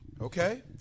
Okay